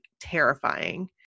terrifying